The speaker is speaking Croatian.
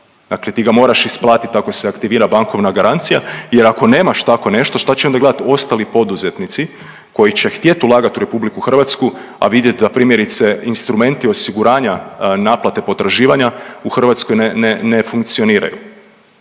dakle ti ga moraš isplatit ako se aktivira bankovna garancija jer ako nemaš tako nešto šta će onda gledat ostali poduzetnici koji će htjet ulagati u RH, a vidjet da primjerice instrumenti osiguranja naplate potraživanja u Hrvatskoj ne funkcioniraju,